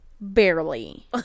barely